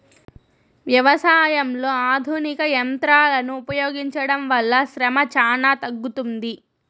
వ్యవసాయంలో ఆధునిక యంత్రాలను ఉపయోగించడం వల్ల శ్రమ చానా తగ్గుతుంది